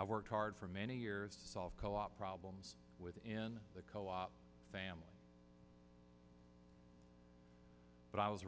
i worked hard for many years solve co op problems within the co op family but i was